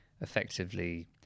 effectively